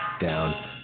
down